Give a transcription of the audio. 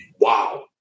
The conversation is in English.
Wow